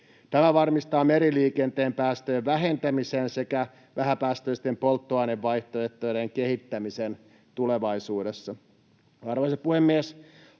Tämä varmistaa meriliikenteen päästöjen vähentämisen sekä vähäpäästöisten polttoainevaihtoehtojen kehittämisen tulevaisuudessa. Arvoisa puhemies!